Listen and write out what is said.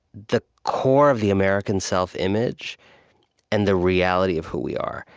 the core of the american self-image and the reality of who we are.